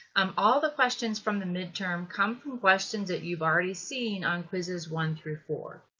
um all the questions from the midterm come from questions that you've already seen on quizzes one through four.